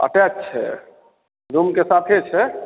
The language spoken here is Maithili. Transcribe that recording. अटैच छै रूमके साथे छै